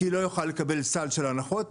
כי לא יוכל לקבל סל של הנחות,